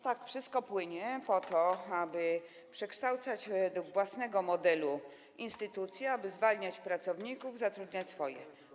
Tak, wszystko płynie po to, aby przekształcać według własnego modelu instytucje, aby zwalniać pracowników, zatrudniać swoich.